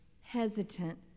hesitant